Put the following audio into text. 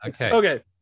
Okay